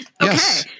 okay